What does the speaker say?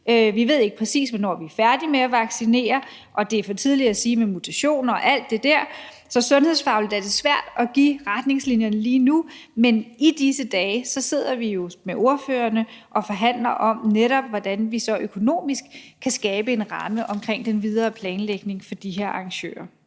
Vi ved ikke præcis, hvornår vi er færdige med at vaccinere, og det er for tidligt at sige noget om mutationer og alt det der. Så sundhedsfagligt er det svært at give retningslinjerne lige nu, men i disse dage sidder vi jo netop med ordførerne og forhandler om, hvordan vi så økonomisk kan skabe en ramme omkring den videre planlægning for de her arrangører.